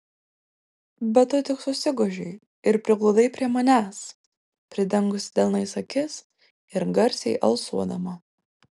bet tu tik susigūžei ir prigludai prie manęs pridengusi delnais akis ir garsiai alsuodama